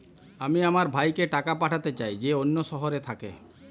আমি আমার ভাইকে টাকা পাঠাতে চাই যে অন্য শহরে থাকে